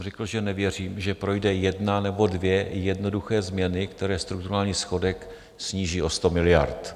Řekl jsem, že nevěřím, že projde jedna nebo dvě jednoduché změny, které strukturální schodek sníží o 100 miliard.